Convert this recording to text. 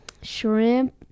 shrimp